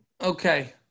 Okay